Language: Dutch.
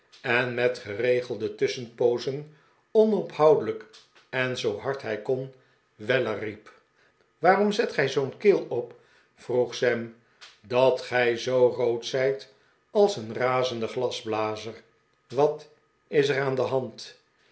en met geregelde tusschenpoozen onophoudelijk en zoo hard hij kon weller riep waarom zet gij zoo'n keel op vroeg sam dat gij zoo rood zijt als een razende glasblazer wat is er aan de hand